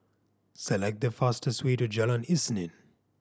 select the fastest way to Jalan Isnin